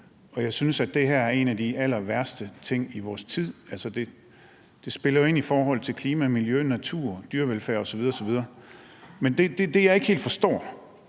og jeg synes, at det her er en af de allerværste ting i vores tid – altså, det spiller jo ind i forhold til klima, miljø, natur, dyrevelfærd osv. osv. Men det, jeg ikke helt forstår,